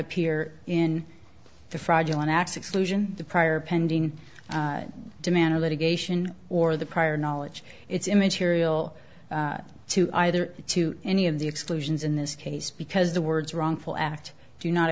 appear in the fraudulent acts exclusion the prior pending demand litigation or the prior knowledge it's immaterial to either to any of the exclusions in this case because the words wrongful act do not